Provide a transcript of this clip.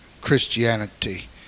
Christianity